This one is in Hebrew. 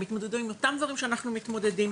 הם התמודדו עם אותם דברים שאנחנו מתמודדים.